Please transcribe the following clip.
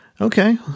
Okay